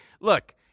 Look